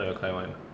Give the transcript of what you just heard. not your kind [one] uh